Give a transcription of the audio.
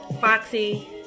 Foxy